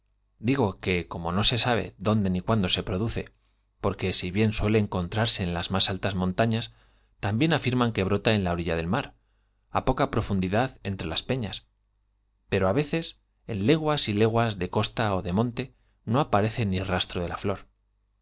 digo que no se sabe dónde ni cuándo se produce porque si bien suele encontrarse en las más altas montañas también afirman que brota en la or illa del mar á poca profundidad entre las peñas pero á veces en legu ts y leguas de costa ó de monte no aparece ni rastro de la flor